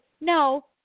No